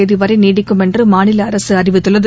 தேதிவரை நீடிக்கும் என்று மாநில அரசு அறிவித்துள்ளது